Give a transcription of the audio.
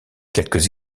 quelques